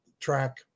track